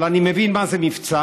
אבל אני מבין מה זה מבצע.